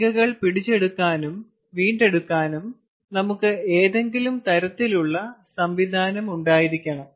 കണികകൾ പിടിച്ചെടുക്കാനും വീണ്ടെടുക്കാനും നമുക്ക് ഏതെങ്കിലും തരത്തിലുള്ള സംവിധാനം ഉണ്ടായിരിക്കണം